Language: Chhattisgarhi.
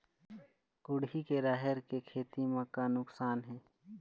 कुहड़ी के राहेर के खेती म का नुकसान हे?